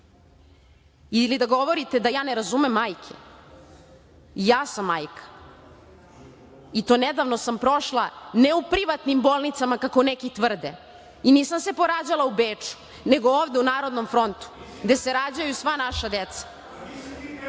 ili da govorite da ja ne razumem majke, i ja sam majka. Nedavno sam prošla ne u privatnim bolnicama, kako neki tvrde, i nisam se porađala u Beču, nego ovde u „Narodnom frontu“, gde se rađaju sva naša deca